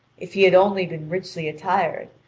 if he had only been richly attired,